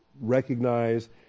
recognize